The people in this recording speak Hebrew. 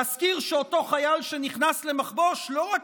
ואזכיר שאותו חייל שנכנס למחבוש לא רק